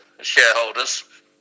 shareholders